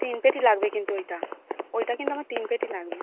তিন পেটি লাগবে কিন্তু ওইটা ওইটা কিন্তু আমার তিন পেটি লাগবে